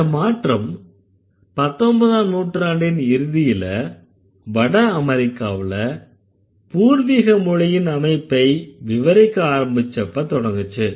இந்த மாற்றம் 19ஆம் நூற்றாண்டின் இறுதியில வட அமெரிக்காவுல பூர்வீக மொழியின் அமைப்பை விவரிக்க ஆரம்பச்சிப்ப தொடங்குச்சு